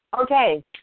Okay